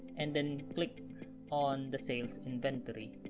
and then click on the sales inventory